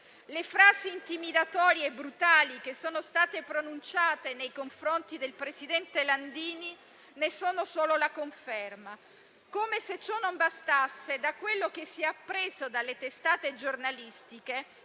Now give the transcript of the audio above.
Le frasi intimidatorie e brutali che sono state pronunciate nei confronti del presidente Landini ne sono solo la conferma. Come se ciò non bastasse, da quello che si è appreso dalle testate giornalistiche,